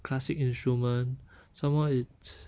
classic instrument somemore it's